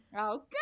Okay